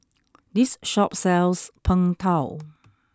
this shop sells Png Tao